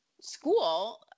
school